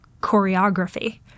choreography